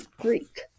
Greek